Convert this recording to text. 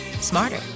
smarter